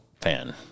fan